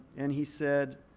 and he said,